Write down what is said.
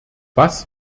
was